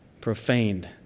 profaned